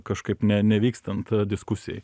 kažkaip ne nevykstant diskusijai